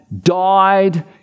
died